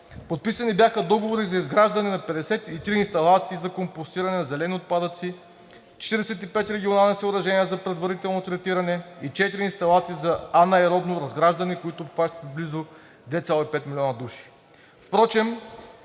Подписани бяха договори за изграждане на 53 инсталации за компостиране на зелени отпадъци, 45 регионални съоръжения за предварително третиране и четири инсталации за анаеробно разграждане, които обхващат близо 2,5 млн. души.